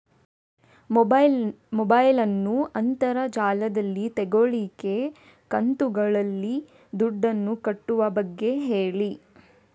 mobile ನ್ನು ಅಂತರ್ ಜಾಲದಲ್ಲಿ ತೆಗೋಲಿಕ್ಕೆ ಕಂತುಗಳಲ್ಲಿ ದುಡ್ಡನ್ನು ಕಟ್ಟುವ ಬಗ್ಗೆ ಹೇಳಿ